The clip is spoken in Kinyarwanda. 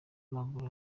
amaguru